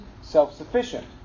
self-sufficient